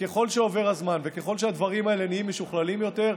וככל שעובר הזמן וככל שהדברים האלה נהיים משוכללים יותר,